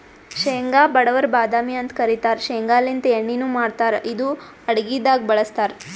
ಶೇಂಗಾ ಬಡವರ್ ಬಾದಾಮಿ ಅಂತ್ ಕರಿತಾರ್ ಶೇಂಗಾಲಿಂತ್ ಎಣ್ಣಿನು ಮಾಡ್ತಾರ್ ಇದು ಅಡಗಿದಾಗ್ ಬಳಸ್ತಾರ್